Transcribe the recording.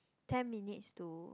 ten minutes to